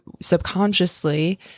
subconsciously